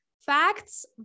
facts